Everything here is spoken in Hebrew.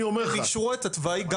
אני אומר לך --- הם אישרו את התוואי גם